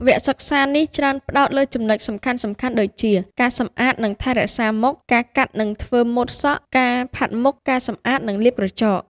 វគ្គសិក្សានេះច្រើនផ្តោតលើចំណុចសំខាន់ៗដូចជា ការសម្អាត និងថែរក្សាមុខ ការកាត់ និងធ្វើម៉ូដសក់ ការផាត់មុខ ការសម្អាត និងលាបក្រចក។